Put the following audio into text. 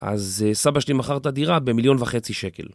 אז סבא שלי מכר את הדירה במיליון וחצי שקל